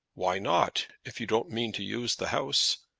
why not, if you don't mean to use the house?